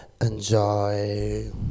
Enjoy